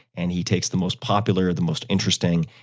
and he takes the most popular, the most interesting,